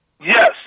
yes